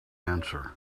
answer